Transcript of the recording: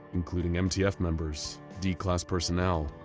including mtf members, d-class personnel,